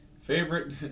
Favorite